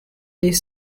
les